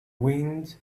wind